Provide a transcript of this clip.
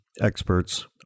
experts